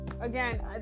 Again